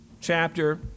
chapter